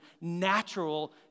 natural